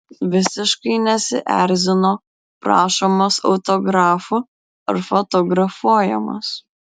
visiškai nesierzino prašomas autografų ar fotografuojamas